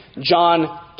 John